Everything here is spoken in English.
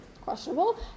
questionable